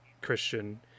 Christian